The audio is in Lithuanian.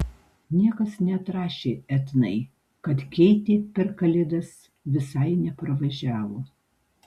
niekas neatrašė etnai kad keitė per kalėdas visai neparvažiavo